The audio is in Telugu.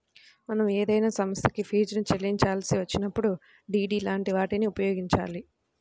మనం ఏదైనా సంస్థకి ఫీజుని చెల్లించాల్సి వచ్చినప్పుడు డి.డి లాంటి వాటిని ఉపయోగించాలి